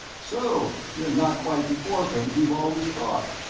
so you're not quite the orphan we've always thought!